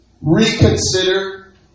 Reconsider